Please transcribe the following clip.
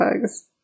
bugs